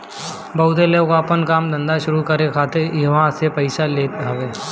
बहुते लोग आपन काम धंधा शुरू करे खातिर इहवा से पइया लेत हवे